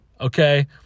okay